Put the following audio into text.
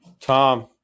Tom